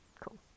cool